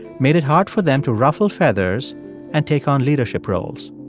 made it hard for them to ruffle feathers and take on leadership roles.